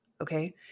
okay